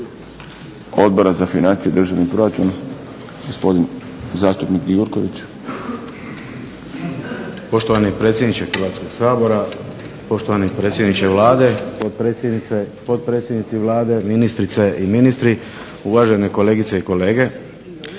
Odbora za financije i državni proračun, gospodin zastupnik Gjurković. **Gjurković, Srđan (HNS)** Poštovani predsjedniče Hrvatskoga sabora, poštovani predsjedniče Vlade, potpredsjednici Vlade, ministrice i ministri, uvažene kolegice i kolege.